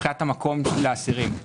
מבחינת המקום לאסירים.